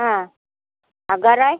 हँ आ गरइ